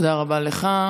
תודה רבה לך.